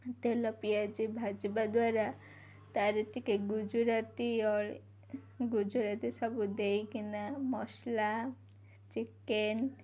ତେଲ ପିଆଜ ଭାଜିବା ଦ୍ୱାରା ତା'ର ଟିକେ ଗୁଜୁରାତି ଗୁଜୁରାତି ସବୁ ଦେଇକିନା ମସଲା ଚିକେନ୍